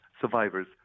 survivors